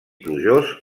plujós